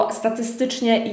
statystycznie